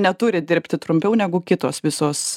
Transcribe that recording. neturi dirbti trumpiau negu kitos visos